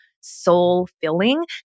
soul-filling